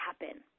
happen